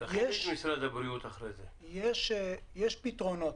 יש פתרונות,